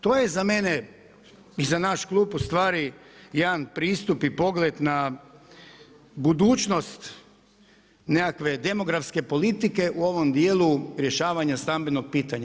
To je za mene i za naš klub ustvari, jedan pristup i pogled na budućnost nekakve demografske politike u ovom dijelu rješavanja stambenog pitanja.